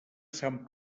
sant